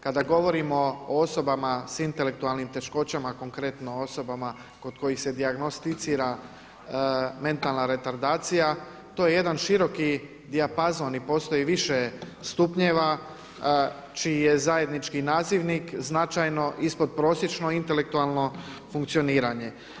Kada govorimo o osobama sa intelektualnim teškoćama konkretno osobama kod kojih se dijagnosticira mentalna retardacija to je jedan široki dijapazon i postoji više stupnjeva čiji je zajednički nazivnik značajno ispod prosječno intelektualno funkcioniranje.